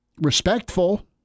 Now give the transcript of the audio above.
respectful